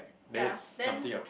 ya then